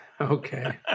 Okay